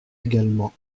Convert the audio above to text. également